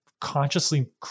consciously